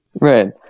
Right